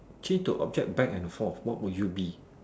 change to object back and forth what would you be